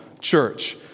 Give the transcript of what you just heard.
church